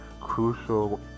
crucial